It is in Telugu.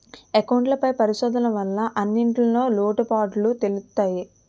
అకౌంట్ పై పరిశోధన వల్ల అన్నింటిన్లో లోటుపాటులు తెలుత్తయి